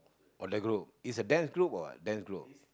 or the group it's a dance group or what dance group